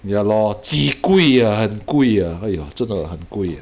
ya lor 几贵 ah 很贵 ah !haiya! 真的很贵